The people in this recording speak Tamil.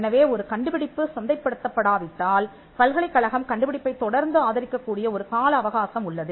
எனவே ஒரு கண்டுபிடிப்பு சந்தைப்படுத்தப்படாவிட்டால் பல்கலைக்கழகம் கண்டுபிடிப்பைத் தொடர்ந்து ஆதரிக்கக் கூடிய ஒரு கால அவகாசம் உள்ளது